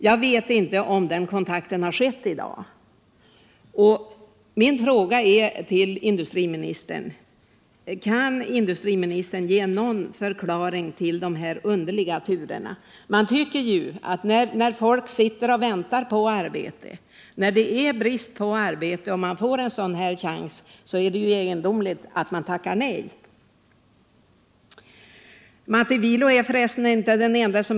Jag vet inte om den kontakten har kommit till stånd ännu. När det är brist på arbete, när folk sitter och väntar på arbete, så är det egendomligt att man tackar nej till order. Matti Viio är f.ö.